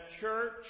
church